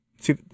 See